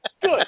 Good